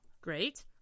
Great